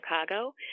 Chicago